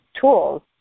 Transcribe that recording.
tools